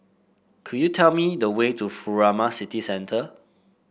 could you tell me the way to Furama City Centre